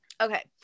Okay